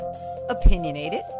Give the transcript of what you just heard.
Opinionated